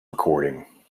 recording